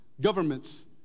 governments